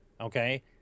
okay